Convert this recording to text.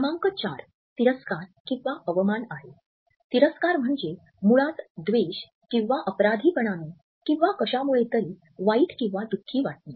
क्रमांक 4 तिरस्कार किंवा अवमान आहे तिरस्कार म्हणजे मुळात द्वेष किंवा अपराधीपणाने किंवा कशामुळे तरी वाईट किंवा दुःखी वाटणे आहे